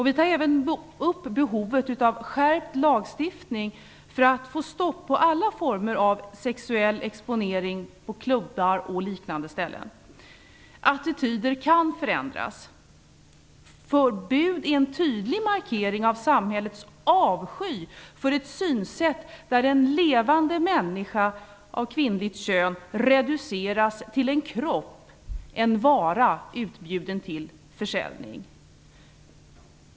Vi tar även upp behovet av skärpt lagstiftning för att få stopp på alla former av sexuell exponering på klubbar och liknande ställen. Attityder kan förändras. Förbud är en tydlig markering av samhällets avsky för ett synsätt, där en levande människa av kvinnligt kön reduceras till en kropp - en vara utbjuden till försäljning.